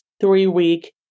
three-week